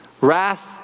Wrath